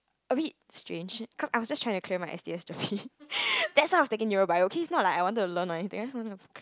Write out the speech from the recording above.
a bit strange cause~ I was just to trying clear my s_t_s gerpe that's why I'm taking neuro bio okay it's not like I wanted to learn or anything I just wanted to clear~